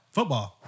Football